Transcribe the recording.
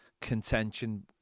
contention